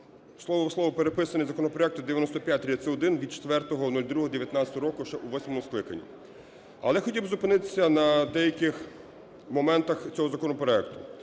слово в слово переписаний з законопроекту 9531 від 04.02.2019 року ще у восьмому скликанні. Але хотів би зупинитися на деяких моментах цього законопроекту.